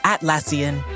Atlassian